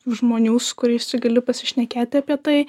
tų žmonių su kuriais tu gali pasišnekėti apie tai